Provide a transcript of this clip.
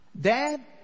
Dad